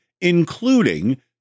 including